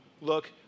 look